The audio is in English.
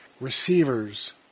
receivers